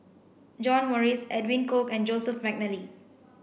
John Morrice Edwin Koek and Joseph Mcnally